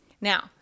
Now